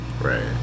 Right